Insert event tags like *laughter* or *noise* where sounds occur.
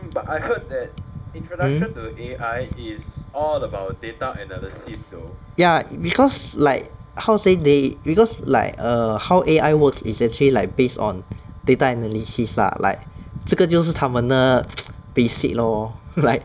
hmm ya because like how say they because like err how A_I works is actually like based on data analysis lah like 这个就是它们的 *noise* basic lor *laughs* right